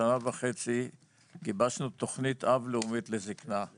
שעה וחצי בו גיבשנו תוכנית לאומית לזקנה,